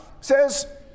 says